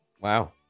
Wow